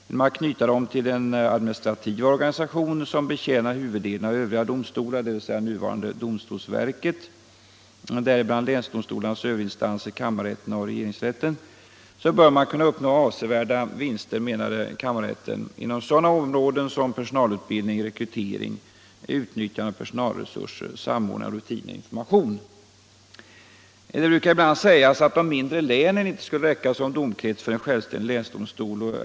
Genom att knyta dem till den administrativa organisation, dvs. numera domstolsverket, som betjänar huvuddelen av övriga domstolar — däribland länsdomstolarnas överinstanser, kammarrätterna och regeringsrätten — bör man kunna uppnå avsevärda vinster inom sådana områden som personalutbildning, rekrytering, utnyttjande av personalresurserna, samordning av rutiner och information. Det brukar ibland sägas att de mindre länen inte skulle räcka som domkrets för en självständig länsdomstol.